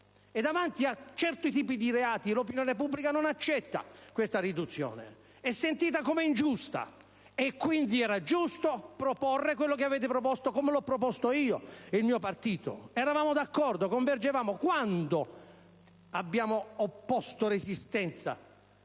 davanti a certi tipi di reato l'opinione pubblica non accetta questa riduzione, che è sentita come ingiusta. Quindi, era giusto proporre quanto avete proposto, come l'ho proposto io con il mio partito. Eravamo d'accordo, convergevamo. Quando abbiamo opposto resistenza